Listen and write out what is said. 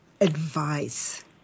advice